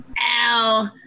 Ow